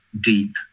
deep